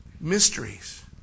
Mysteries